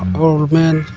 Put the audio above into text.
all men,